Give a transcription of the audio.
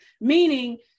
meaning